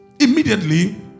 Immediately